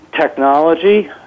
technology